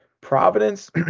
Providence